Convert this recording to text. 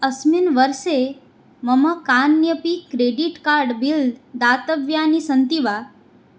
अस्मिन् वर्षे मम कान्यपि क्रेडिट् कार्ड् बिल् दातव्यानि सन्ति वा